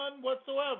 whatsoever